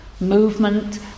Movement